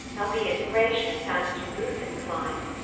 albeit gracious and to ruth inclined,